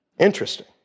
Interesting